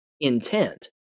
intent